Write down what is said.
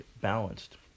balanced